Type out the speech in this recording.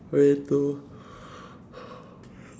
forty two